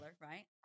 right